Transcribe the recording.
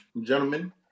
gentlemen